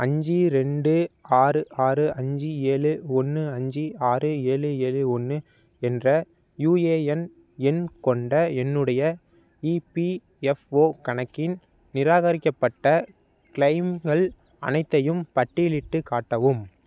அஞ்சு ரெண்டு ஆறு ஆறு அஞ்சு ஏழு ஒன்று அஞ்சு ஆறு ஏழு ஏழு ஒன்று என்ற யுஏஎன் எண் கொண்ட என்னுடைய இபிஎஃப்ஓ கணக்கின் நிராகரிக்கப்பட்ட கிளெய்ம்கள் அனைத்தையும் பட்டியலிட்டுக் காட்டவும்